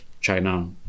China